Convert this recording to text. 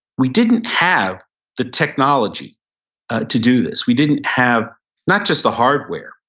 we didn't have the technology to do this. we didn't have not just the hardware,